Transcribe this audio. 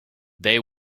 they